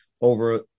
over